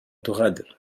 تغادر